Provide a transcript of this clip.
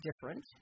different